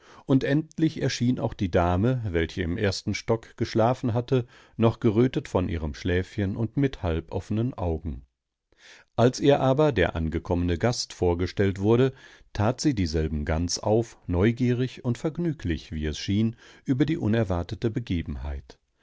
und endlich erschien auch die dame welche im ersten stock geschlafen hatte noch gerötet von ihrem schläfchen und mit halb offenen augen als ihr aber der angekommene gast vorgestellt wurde tat sie dieselben ganz auf neugierig und vergnüglich wie es schien über die unerwartete begebenheit